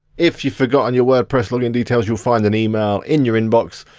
if you've forgotten your wordpress login details you'll find that email in your inbox.